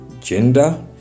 gender